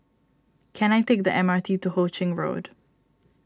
can I take the M R T to Ho Ching Road